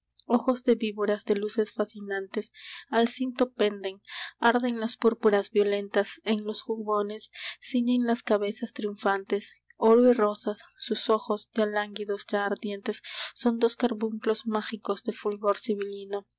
ojos de víboras de luces fascinantes al cinto penden arden las púrpuras violentas en los jubones ciñen las cabezas triunfantes oro y rosas sus ojos ya lánguidos ya ardientes son dos carbunclos mágicos de fulgor